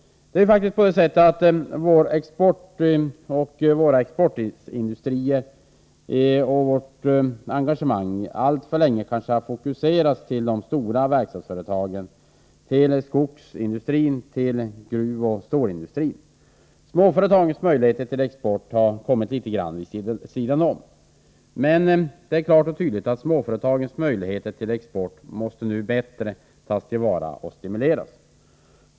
Det är faktiskt på det sättet att vår export, våra exportindustrier och vårt engagemang alltför länge fokuserats till de stora verkstadsföretagen, till skogsindustrin och till gruvoch stålindustrin. Småföretagens möjligheter till export har kommit litet grand vid sidan om. Men det är klart och tydligt att småföretagens möjligheter till export måste bättre tas till vara och stimuleras.